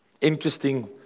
interesting